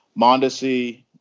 Mondesi